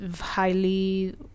highly